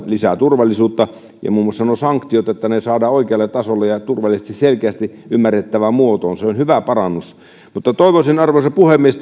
ja lisää turvallisuutta ja muun muassa se että nuo sanktiot saadaan oikealle tasolle ja ja selkeästi ymmärrettävään muotoon on hyvä parannus mutta arvoisa puhemies